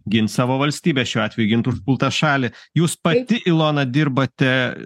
gint savo valstybę šiuo atveju gint užpultą šalį jūs pati ilona dirbate